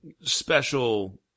special